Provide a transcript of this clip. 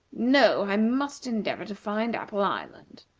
no i must endeavor to find apple island.